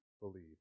believe